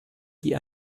die